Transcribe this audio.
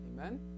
Amen